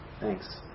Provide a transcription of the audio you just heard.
Thanks